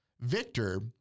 Victor